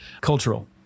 cultural